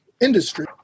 industry